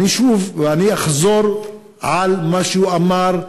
ואני אחזור על מה שהוא אמר,